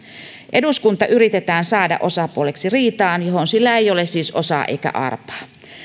eduskunta yritetään saada osapuoleksi riitaan johon sillä ei ole siis osaa eikä arpaa